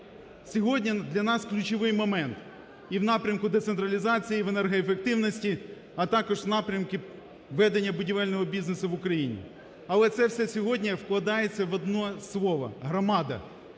Сьогодні для нас ключовий момент, і в напрямку децентралізації, в енергоефективності, а також в напрямку ведення будівельного бізнесу в Україні. Але це все сьогодні вкладається одне слово – "громада":